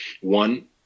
one